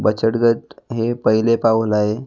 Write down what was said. बचत गट हे पहिले पाऊल आहे